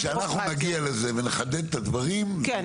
כשאנחנו נגיע לזה ונחדד את הדברים זה ייצא --- כן,